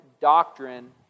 doctrine